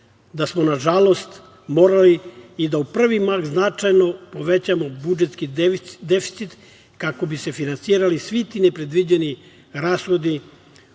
da smo, nažalost, morali da u prvi mah značajno povećamo budžetski deficit kako bi se finansirali svi ti nepredviđeni rashodi